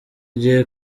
gihe